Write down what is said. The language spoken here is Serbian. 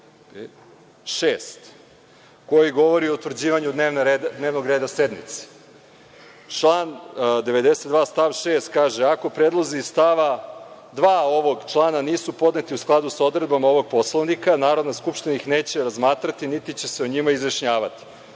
6. koji govori o utvrđivanju dnevnog reda sednice. Član 92. stav 6. kaže – ako predlozi iz stava 2. ovog člana nisu podneti u skladu sa odredbama ovog Poslovnika, Narodna skupština ih neće razmatrati, niti će se o njima izjašnjavati.